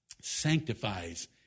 sanctifies